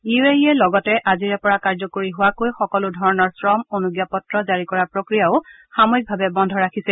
U A ইয়ে লগতে আজিৰে পৰা কাৰ্যকৰী হোৱাকৈ সকলো ধৰণৰ শ্ৰম অনুজ্ঞাপত্ৰ জাৰি কৰাৰ প্ৰক্ৰিয়াও সাময়িকভাৱে বন্ধ ৰাখিছে